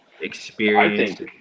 experienced